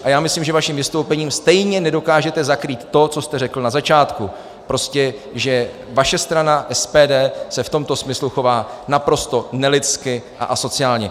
A já myslím, že svým vystoupením stejně nedokážete zakrýt to, co jste řekl na začátku, prostě že vaše strana SPD se v tomto smyslu chová naprosto nelidsky a asociálně.